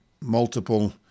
multiple